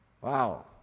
Wow